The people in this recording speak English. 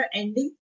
ending